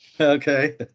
Okay